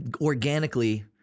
organically –